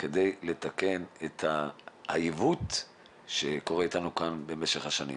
כדי לתקן את העיוות שקורה כאן במשך השנים.